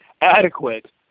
adequate